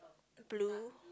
blue